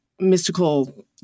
mystical